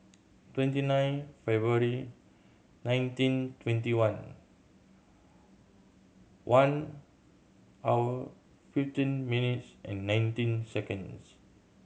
twenty nine February nineteen twenty one one hour fifteen minutes and nineteen seconds